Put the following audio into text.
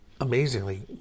amazingly